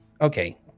Okay